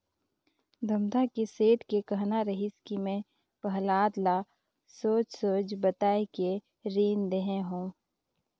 धमधा के सेठ के कहना रहिस कि मैं पहलाद ल सोएझ सोएझ बताये के रीन देहे हो